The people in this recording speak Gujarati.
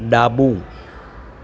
ડાબું